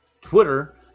Twitter